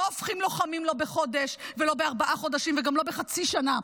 לא הופכים ללוחמים לא בחודש ולא בארבעה חודשים וגם לא בחצי שנה.